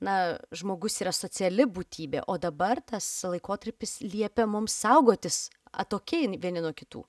na žmogus yra sociali būtybė o dabar tas laikotarpis liepia mums saugotis atokiai vieni nuo kitų